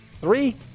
Three